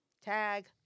tag